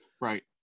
Right